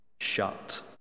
shut